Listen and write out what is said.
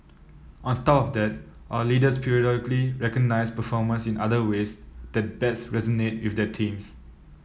on top of that our leaders periodically recognise performance in other ways that best resonate with their teams